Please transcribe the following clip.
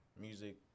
music